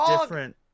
different